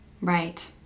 Right